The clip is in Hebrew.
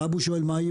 לא חייב שירד.